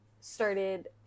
started